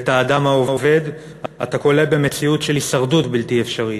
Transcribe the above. ואת האדם העובד אתה כולא במציאות של הישרדות בלתי אפשרית?